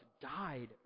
died